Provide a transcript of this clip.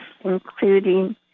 including